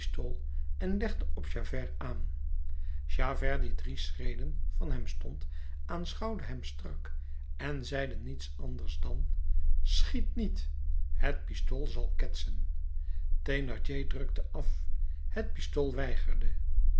en legde op javert aan javert die drie schreden van hem stond aanschouwde hem strak en zeide niets anders dan schiet niet het pistool zal ketsen thénardier drukte af het pistool weigerde